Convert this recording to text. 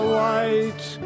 white